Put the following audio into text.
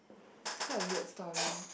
is quite a weird story